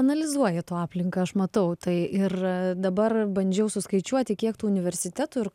analizuoji tu aplinką aš matau tai ir dabar bandžiau suskaičiuoti kiek tų universitetų ir